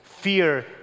Fear